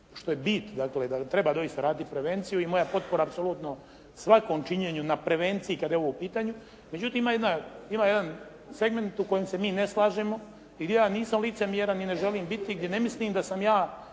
što je bit, dakle da treba doista raditi prevenciju i moja potpora apsolutno svakom činjenju na prevenciji kada je u pitanju. Međutim, ima jedan segment u kojem se mi ne slažemo i ja nisam licemjeran i ne želim biti, jer ne mislim da sam ja